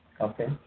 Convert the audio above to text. Okay